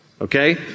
Okay